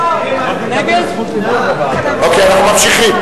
אנחנו ממשיכים.